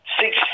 six